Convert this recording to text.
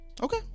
Okay